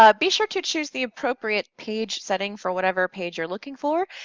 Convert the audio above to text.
ah be sure to choose the appropriate page setting for whatever page you're looking for.